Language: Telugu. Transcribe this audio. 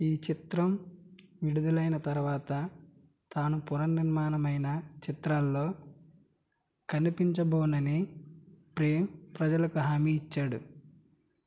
ఈ చిత్రం విడుదలైన తరువాత తాను పునర్నిర్మాణమైన చిత్రాల్లో కనిపించబోనని ప్రేమ్ ప్రజలకు హామీ ఇచ్చాడు